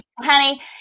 honey